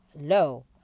low